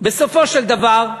בסופו של דבר,